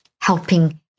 helping